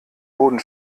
boden